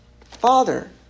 father